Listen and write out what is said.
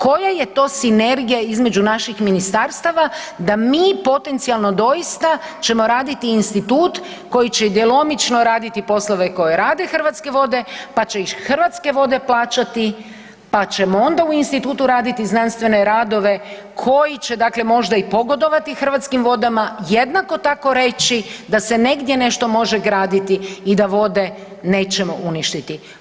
Koja je to sinergija između naših ministarstava da mi potencijalno doista ćemo raditi institut koji će djelomično raditi poslove koje rade Hrvatske vode pa će i Hrvatske vode plaćati, pa ćemo onda u institutu raditi znanstvene radove koji će možda i pogodovati Hrvatskim vodama jednako tako reći da se negdje nešto može graditi i da vode nećemo uništiti.